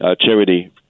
charity